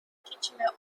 kitchener